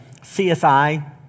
CSI